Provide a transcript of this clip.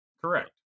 Correct